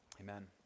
Amen